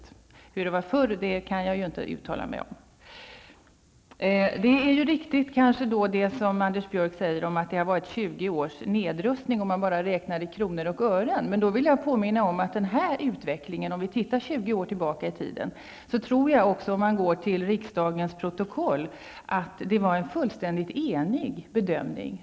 Hur det var förr kan jag ju inte uttala mig om. Det är väl riktigt som Anders Björck sade att det har varit 20 års nedrustning, förutsatt att man bara räknar i kronor och ören. Går vi 20 år tillbaka i tiden och även ser på riksdagens protokoll, tror jag att man finner att det var fråga om en absolut enig bedömning.